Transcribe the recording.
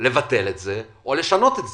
לבטל או לשנות את זה.